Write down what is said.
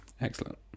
excellent